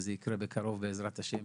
וזה יקרה בקרוב בעזרת השם,